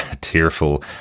tearful